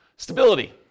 Stability